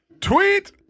Tweet